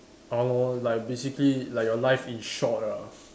or like basically like your life in short ah